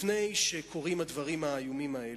לפני שקורים הדברים האיומים האלה,